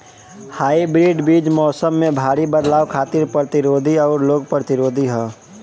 hybrid बीज मौसम में भारी बदलाव खातिर प्रतिरोधी आउर रोग प्रतिरोधी ह